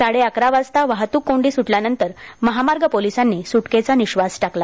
साडेअकरा वाजता वाहतूक कोंडी सुटल्यानंतर महामार्ग पोलिसांनी सुटकेचा निःश्वास टाकला